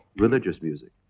religious music,